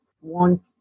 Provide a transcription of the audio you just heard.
want